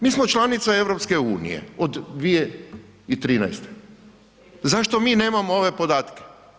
Mi smo članica EU-a od 2013., zašto mi nemamo ove podatke?